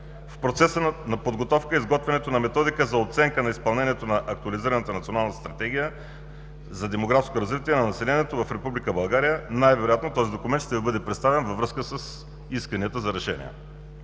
В процеса на подготовка е изготвянето на Методика за оценка на изпълнението на актуализираната Национална стратегия за демографско развитие на населението в Република България. Най-вероятно този документ ще Ви бъде представен във връзка с исканията за решение.